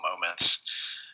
moments